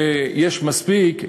ויש מספיק,